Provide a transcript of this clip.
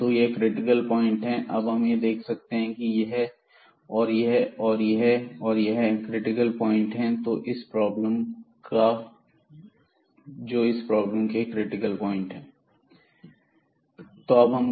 तो यह critical point हैं और अब हम यह देख सकते हैं कि यह और यह और यह और यह क्रिटिकल पॉइंट्स हैं तो यह इस प्रॉब्लम की क्रिटिकल प्वाइंट थे